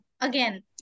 again